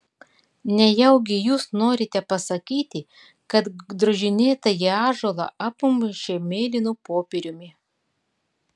nejaugi jūs norite pasakyti kad drožinėtąjį ąžuolą apmušė mėlynu popieriumi